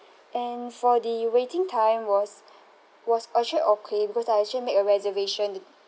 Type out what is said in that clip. and for the waiting time was was actually okay because I actually make a reservation th~